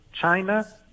China